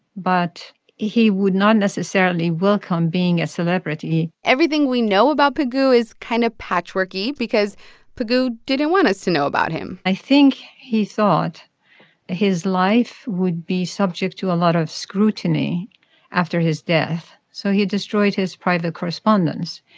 but he would not necessarily welcome being a celebrity everything we know about pigou is kind of patchwork-y because pigou didn't want us to know about him i think he thought his life would be subject to a lot of scrutiny after his death, so he destroyed his private correspondence.